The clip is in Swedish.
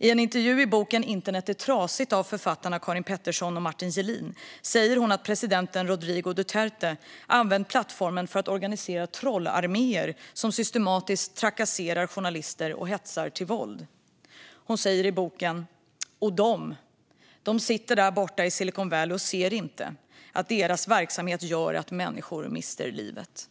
I en intervju i boken Internet är trasigt av författarna Karin Pettersson och Martin Gelin säger hon att presidenten Rodrigo Duterte använt plattformen för att organisera trollarméer som systematiskt trakasserar journalister och hetsar till våld. Hon säger i boken: "De sitter där borta i Silicon Valley och ser inte att deras verksamhet gör att människor mister livet."